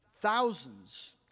thousands